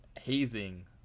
hazing